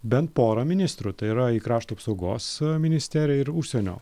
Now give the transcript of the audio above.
bent porą ministrų tai yra į krašto apsaugos ministeriją ir užsienio